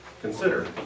consider